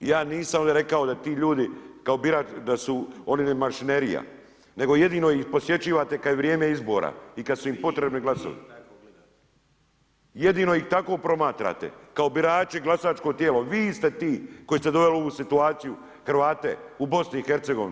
Ja nisam ovdje rekao da ti ljudi, da su oni mašinerija, nego jedino ih posjećivate kad je vrijeme izbora i kad su im potrebni glasovi. … [[Upadica se ne čuje.]] Jedino ih tako promatrate, kao birače, glasačko tijelo, vi ste ti koji ste doveli u ovu situaciju Hrvate u BiH.